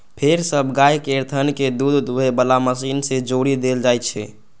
फेर सब गाय केर थन कें दूध दुहै बला मशीन सं जोड़ि देल जाइ छै